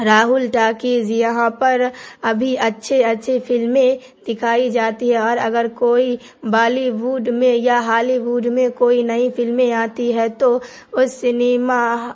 Rahul talkies یہاں پر ابھی اچھے اچھی فلمیں دکھائی جاتی ہے اور اگر کوئی بالی ووڈ میں یا ہالی ووڈ میں کوئی نئی فلمیں آتی ہے تو اس سنیما